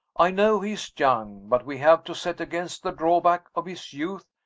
i know he is young but we have to set against the drawback of his youth,